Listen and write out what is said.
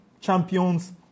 champions